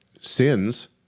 sins